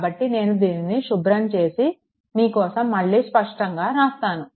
కాబట్టి నేను దీనిని శుభ్రం చేసి మీకోసం మళ్ళీ స్పష్టంగా రాస్తాను